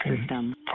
system